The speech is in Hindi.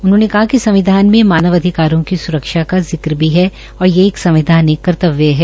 उन्होंने कहा कि संविधान में मानव अधिकारों की स्रक्षा का जिक्र भी है और ये एक संवैधानिक कर्तव्य है